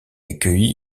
accueilli